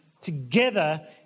together